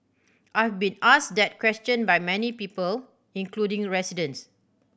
I've been asked that question by many people including residents